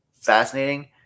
fascinating